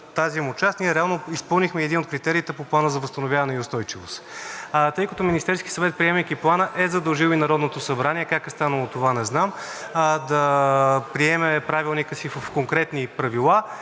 тази му част ние реално изпълнихме и един от критериите по Плана за възстановяване и устойчивост. Министерският съвет, приемайки Плана, е задължил и Народното събрание – как е станало това, не знам, да приеме в Правилника си конкретни правила,